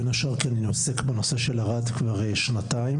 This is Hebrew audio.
בין השאר כי אני עוסק בנושא של ערד כבר שנתיים,